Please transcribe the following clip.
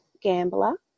Gambler